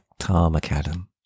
tarmacadam